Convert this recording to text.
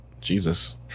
Jesus